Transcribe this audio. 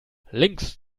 links